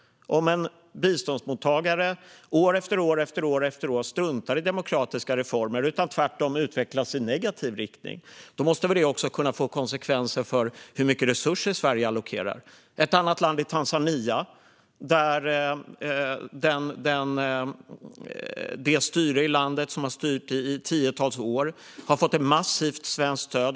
Om en biståndsmottagare år efter år struntar i demokratiska reformer och tvärtom utvecklas i negativ riktning måste det få konsekvenser för hur mycket resurser Sverige allokerar. Ett annat exempel är Tanzania. Det styre som har styrt landet i tiotals år har år efter år fått ett massivt svenskt stöd.